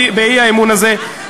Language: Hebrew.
באי-אמון הזה,